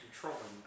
controlling